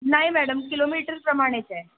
नाही madam kilometre प्रमाणेच आहे